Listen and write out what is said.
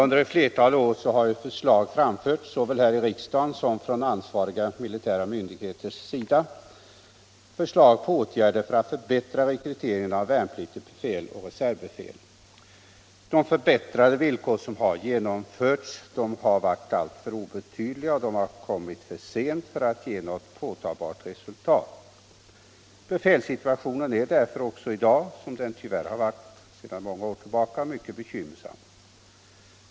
Herr talman! Under ett flertal år har såväl här i riksdagen som från ansvariga militära myndigheter framförts förslag till åtgärder för att förbättra rekryteringen av värnpliktigt befäl och reservbefäl. De förbättrade villkor som genomförts har varit alltför obetydliga och har kommit för sent för att ge något påtagligt resultat. Befälssituationen är därför också i dag, som den tyvärr har varit sedan många år tillbaka, mycket bekymmersam.